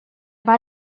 war